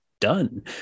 done